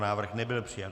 Návrh nebyl přijat.